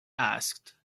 asked